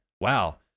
Wow